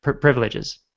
privileges